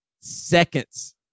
seconds